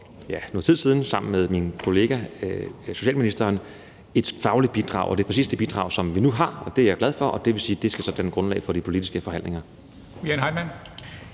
for noget tid siden sammen med min kollega socialministeren et fagligt bidrag, og det er præcis det bidrag, som vi nu har, og det er jeg glad for. Det skal så danne grundlag for de politiske forhandlinger.